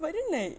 but then like